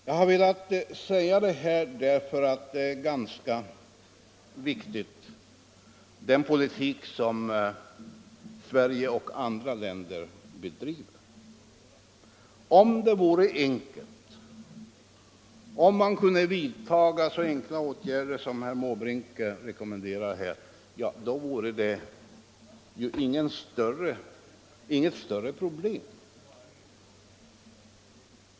Jag har velat säga det här därför att den politik som Sverige och andra länder bedriver är ganska viktig. Om det vore enkelt, om man kunde vidta så enkla åtgärder som herr Måbrink rekommenderar här, vore det inget större problem.